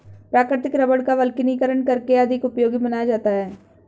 प्राकृतिक रबड़ का वल्कनीकरण करके अधिक उपयोगी बनाया जाता है